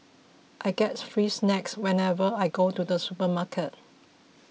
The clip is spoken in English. I get free snacks whenever I go to the supermarket